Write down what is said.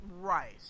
Right